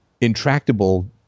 intractable